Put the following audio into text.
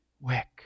wick